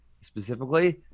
specifically